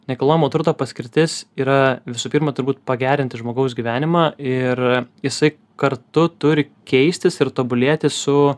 nekilnojamo turto paskirtis yra visų pirma turbūt pagerinti žmogaus gyvenimą ir jisai kartu turi keistis ir tobulėti su